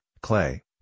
clay